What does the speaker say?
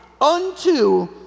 unto